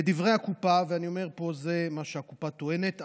לדברי הקופה אני אומר שזה מה שהקופה טוענת,